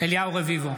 אליהו רביבו,